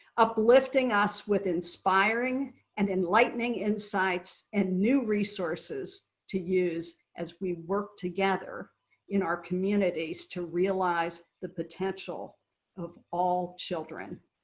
uplifting us with inspiring and and like insights and new resources to use as we work together in our communities to realize the potential of all children.